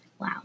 Wow